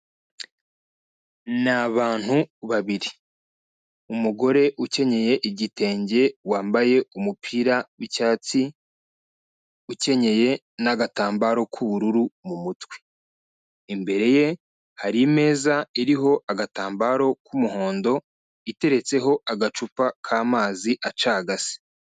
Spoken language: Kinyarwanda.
Ni abantu babiri, umugore ukenyeye igitenge wambaye umupira w'icyatsi, ukenyeye n'agatambaro k'ubururu mu mutwe, imbere ye hari imeza iriho agatambaro k'umuhondo iteretseho agacupa k'amazi acagase.